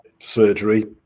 surgery